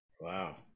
Wow